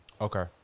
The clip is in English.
Okay